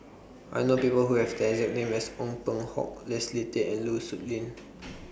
I know People Who Have The exact name as Ong Peng Hock Leslie Tay and Lu Suitin